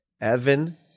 Evan